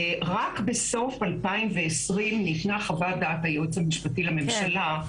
רק בסוף 2020 ניתנה חוות דעת היועץ המשפטי לממשלה,